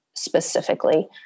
specifically